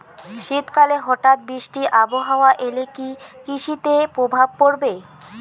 শীত কালে হঠাৎ বৃষ্টি আবহাওয়া এলে কি কৃষি তে প্রভাব পড়বে?